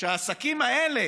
שהעסקים האלה